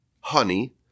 honey